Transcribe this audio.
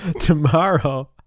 tomorrow